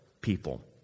people